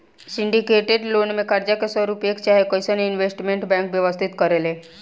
syndicated loan में कर्जा के स्वरूप एक चाहे कई इन्वेस्टमेंट बैंक व्यवस्थित करेले